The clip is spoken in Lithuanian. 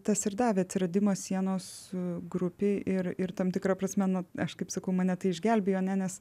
tas ir davė atsiradimas sienos grupei ir ir tam tikra prasme na aš kaip sakau mane tai išgelbėjo ane nes